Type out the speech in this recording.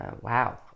Wow